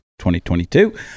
2022